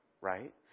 right